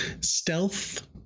stealth